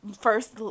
first